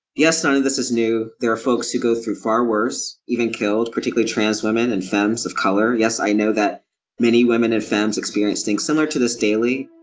yes, none of this is new, there are folks who go through far worse, even killed particularly trans women and femmes of color. yes i know that many women and femmes experience things similar to this daily.